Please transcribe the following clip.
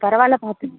பரவாயில்ல பார்த்து